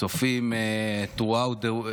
צופים מכל העולם,